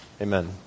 Amen